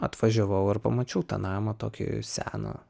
atvažiavau ir pamačiau tą namą tokį seną